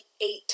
eight